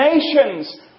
nations